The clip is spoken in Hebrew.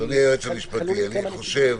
אני חושב